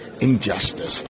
injustice